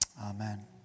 Amen